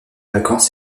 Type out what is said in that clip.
vacances